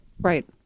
Right